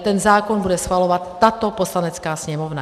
Ten zákon bude schvalovat tato Poslanecká sněmovna.